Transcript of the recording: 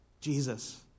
jesus